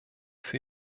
für